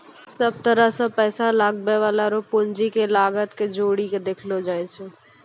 सब तरह से पैसा लगबै वाला रो पूंजी के लागत के जोड़ी के देखलो जाय छै